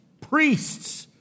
priests